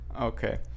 Okay